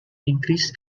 increased